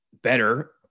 Better